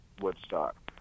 Woodstock